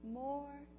more